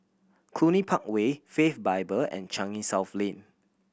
Cluny Park Way Faith Bible and Changi South Lane